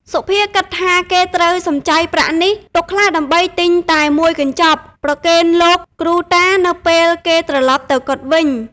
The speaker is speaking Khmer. សុភាគិតថាគេត្រូវសំចៃប្រាក់នេះ ទុកខ្លះដើម្បីទិញតែមួយកញ្ចប់ ប្រគេនលោកគ្រូតានៅពេលគេត្រឡប់ ទៅកុដិវិញ ។